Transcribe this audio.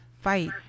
fight